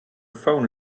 phone